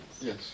Yes